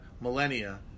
millennia